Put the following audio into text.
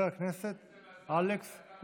חוק תכנון משק החלב (תיקון מס' 4),